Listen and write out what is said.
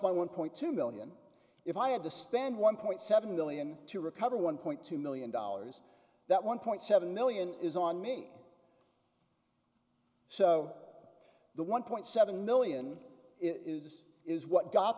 my one point two million if i have to spend one point seven million to recover one point two million dollars that one point seven million is on me so the one point seven million is is what got